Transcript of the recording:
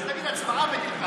אז תגיד "הצבעה" ותלחץ.